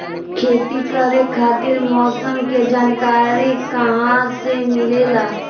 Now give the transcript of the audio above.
खेती करे खातिर मौसम के जानकारी कहाँसे मिलेला?